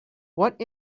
what